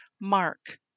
Mark